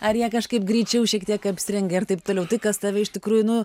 ar jie kažkaip greičiau šiek tiek apsirengia ir taip toliau tai kas tave iš tikrųjų nu